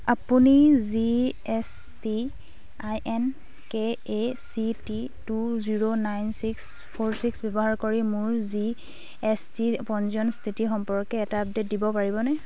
আপুনি G S T I N K A C T two zero nine six four six ব্যৱহাৰ কৰি মোৰ G S T পঞ্জীয়ন স্থিতি সম্পৰ্কে এটা আপডেট দিব পাৰিবনে